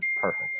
perfect